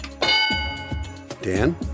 Dan